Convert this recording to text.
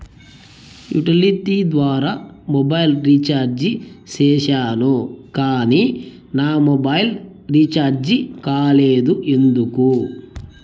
Utility ద్వారా mobile recharge సేసాను కానీ నా మొబైల్ రీచార్జి కాలేదు ఎందుకు?